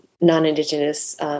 non-Indigenous